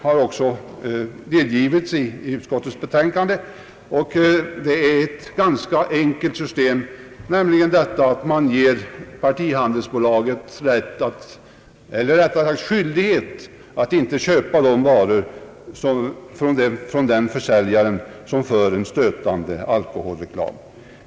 Utskottet har i sitt betänkande angivit ett ganska enkelt system för detta, nämligen att man ålägger partihandelsbolaget att inte köpa varor från en försäljare som bedriver en stötande alkoholreklam.